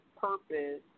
purpose